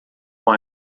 com